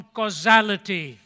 causality